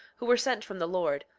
who were sent from the lord,